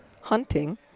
hunting